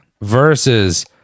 versus